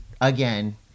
again